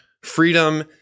freedom